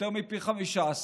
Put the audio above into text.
יותר מפי 15,